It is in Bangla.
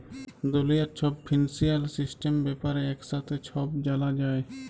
দুলিয়ার ছব ফিন্সিয়াল সিস্টেম ব্যাপারে একসাথে ছব জালা যায়